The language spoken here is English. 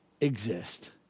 exist